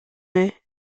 est